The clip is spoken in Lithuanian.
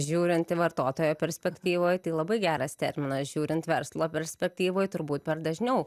žiūrint į vartotojo perspektyvoj tai labai geras terminas žiūrint verslo perspektyvoj turbūt per dažniau